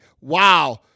Wow